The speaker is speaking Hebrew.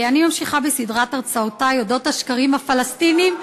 אני ממשיכה בסדרת הרצאותי אודות השקרים הפלסטיניים.